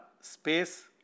Space